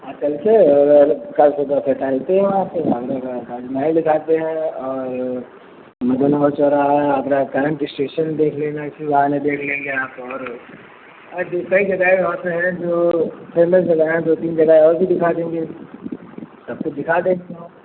हाँ चलते हैं और कल सुबह फिर टहलते हैं वहाँ पर आगरा का ताज महल दिखाते हैं और मधुनगर चौराहा है आगरा करंट इस्टेशन देख लेना इसी बहाने देख लेंगे आप और कई जगाहें वहाँ पर हैं जो फेमस जगहें हैं दो तीन जगह है और भी दिखा देंगे सब कुछ दिखा देंगे वहाँ